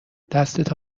دستتو